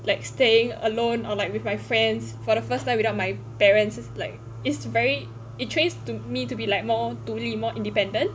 like staying alone or like with my friends for the first time without my parents like it's very it trains to me to be like more 独立 more independent